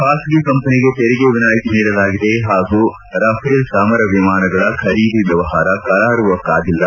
ಖಾಸಗಿ ಕಂಪನಿಗೆ ತೆರಿಗೆ ವಿನಾಯಿತಿ ನೀಡಲಾಗಿದೆ ಹಾಗೂ ರಫೆಲ್ ಸಮರ ವಿಮಾನಗಳ ಖರೀದಿ ವ್ಲವಹಾರ ಕರಾರುವಕ್ನಾಗಿಲ್ಲ